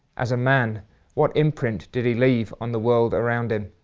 as a man what imprint did he leave on the world around him.